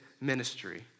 ministry